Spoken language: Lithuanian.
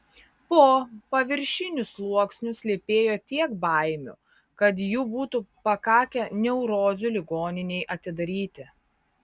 po paviršiniu sluoksniu slypėjo tiek baimių kad jų būtų pakakę neurozių ligoninei atidaryti